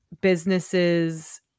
businesses